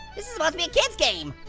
this is supposed to be a kid's game!